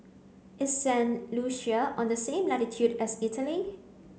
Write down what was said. is Saint Lucia on the same latitude as Italy